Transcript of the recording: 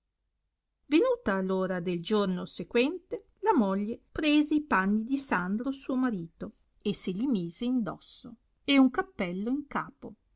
venuta r ora del giorno sequente la moglie prese i panni di sandro suo marito e se li mise indosso e un capello in capo